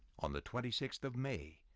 on the twenty sixth of may,